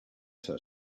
her